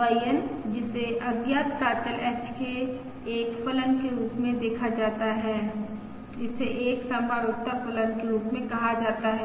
YN जिसे अज्ञात प्राचल h के एक फलन के रूप में देखा जाता है इसे एक संभाव्यता फलन के रूप में कहा जाता है